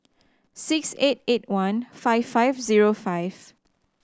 six eight eight one five five zero five